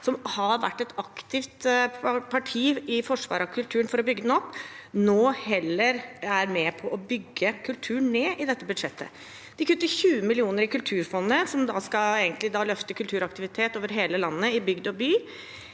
som har vært et aktivt parti i forsvar av kulturen for å bygge den opp, nå heller er med på å bygge kultur ned i dette budsjettet. De kutter 20 mill. kr i Kulturfondet, som egentlig skal løfte kulturaktivitet over hele landet, i bygd og by.